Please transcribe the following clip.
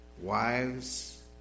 wives